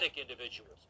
individuals